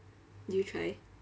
did you try